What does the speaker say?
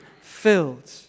filled